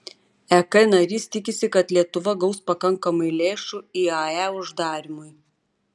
ek narys tikisi kad lietuva gaus pakankamai lėšų iae uždarymui